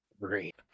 Great